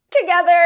together